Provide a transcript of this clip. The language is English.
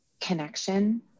connection